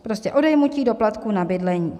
Prostě odejmutí doplatku na bydlení.